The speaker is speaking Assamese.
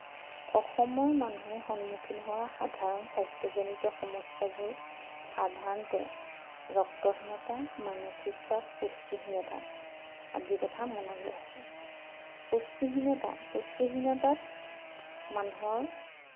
অসমৰ মানুহে সন্মুখীন হোৱা সাধাৰণ স্বাস্থ্যজনিত সমস্যাবোৰ সাধাৰণতে ৰক্তহীনতা মানসিক চাপ পুষ্টিহীনতা আদি কথা মনলৈ আহে পুষ্টিহীনতা পুষ্টিহীনতাত মানুহৰ